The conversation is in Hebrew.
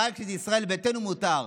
אבל כשזה ישראל ביתנו מותר.